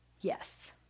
yes